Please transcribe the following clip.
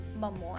Mammon